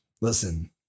Listen